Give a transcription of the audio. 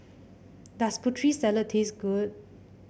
does Putri Salad taste good